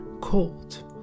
cold